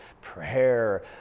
prayer